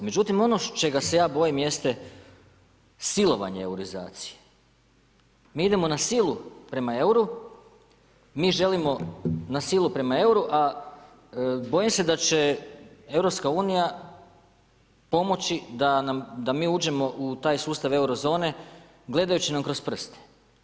Međutim, ono čega se ja bojim jeste silovanje eurizacije, mi idemo na silu prema euru, mi želimo na silu prema euru, a bojim se da će EU pomoći da mi uđemo u taj sustav Eurozone gledajući nam kroz prste.